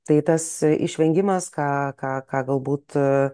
tai tas išvengimas ką ką ką galbūt